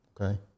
Okay